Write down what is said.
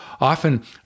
often